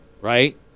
right